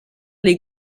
les